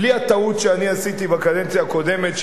בלי הטעות שאני עשיתי בקדנציה הקודמת,